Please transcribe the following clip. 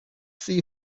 see